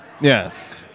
Yes